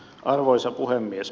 arvoisa puhemies